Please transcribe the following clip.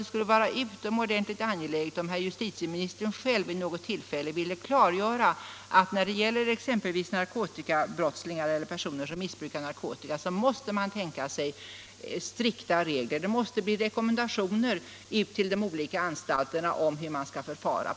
Det vore utomordentligt angeläget om justitieministern själv vid något tillfälle ville klargöra att man när det gäller exempelvis narkotikabrottslingar eller personer som missbrukar narkotika måste tänka sig strikta regler. Det måste ges rekommendationer till anstalterna om hur man skall förfara.